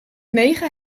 negen